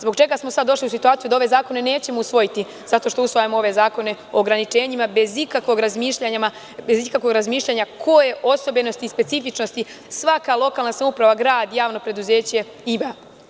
Zbog čega smo sada došli u situaciju da ove zakone nećemo usvojiti, zato što usvajamo ove zakone o ograničenjima bez ikakvog razmišljanja koje osobenosti i specifičnosti svaka lokalna samouprava, grad, javno preduzeće ima.